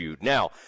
Now